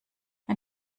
ein